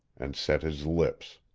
and set his lips.